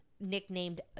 nicknamed